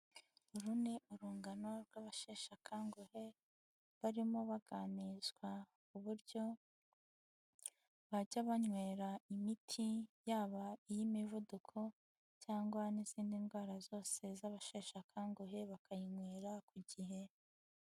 Uru ni urungano rw'abasheshe akanguhe, barimo baganirizwa uburyo bajya banywera imiti yaba iy'imivuduko cyangwa n'izindi ndwara zose z'abasheshe akanguhe bakayinywera ku gihe.